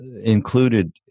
included